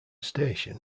station